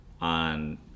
on